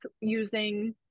using